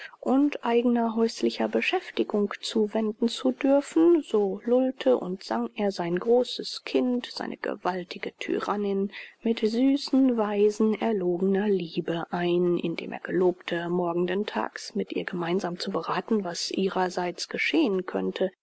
und eigener häuslicher beschäftigung zuwenden zu dürfen so lullte und sang er sein großes kind seine gewaltige tyrannin mit süßen weisen erlogener liebe ein indem er gelobte morgenden tages mit ihr gemeinschaftlich zu berathen was ihrerseits geschehen könnte